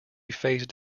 phased